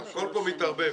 הכול כאן מתערבב.